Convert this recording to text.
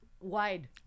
Wide